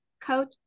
coach